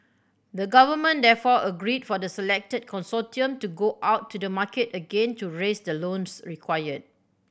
the government therefore agreed for the selected consortium to go out to the market again to raise the loans required